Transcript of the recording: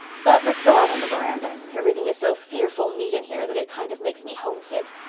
but let's go out on the veranda. everything is so fearful neat in here that it kind of makes me homesick.